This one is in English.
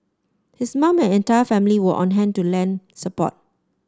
his mum and entire family were on hand to lend support